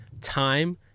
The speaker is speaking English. time